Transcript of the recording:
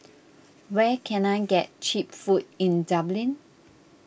where can I get Cheap Food in Dublin